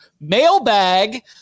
mailbag